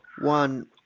One